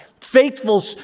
faithful